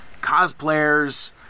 cosplayers